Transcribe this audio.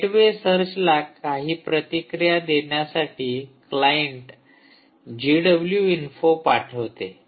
gateway सर्चला प्रतिक्रिया देण्यासाठी क्लाइंट जिडब्ल्यू इन्फो पाठवते